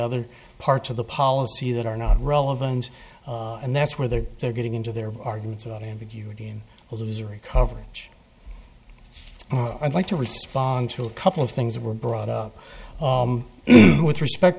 other parts of the policy that are not relevant and that's where they're they're getting into their arguments about ambiguity in a loser a coverage oh i'd like to respond to a couple of things that were brought up with respect